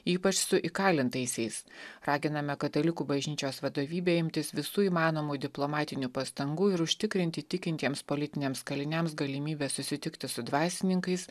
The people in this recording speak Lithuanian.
ypač su įkalintaisiais raginame katalikų bažnyčios vadovybę imtis visų įmanomų diplomatinių pastangų ir užtikrinti tikintiems politiniams kaliniams galimybę susitikti su dvasininkais